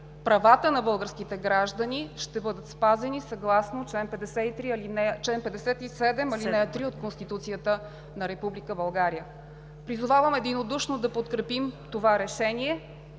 правата на българските граждани ще бъдат спазени съгласно чл. 57, ал. 3 от Конституцията на Република България. Призовавам единодушно да подкрепим това решение